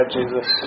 Jesus